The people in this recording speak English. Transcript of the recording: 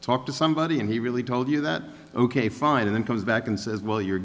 talk to somebody and he really told you that ok fine and then comes back and says well you're